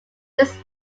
this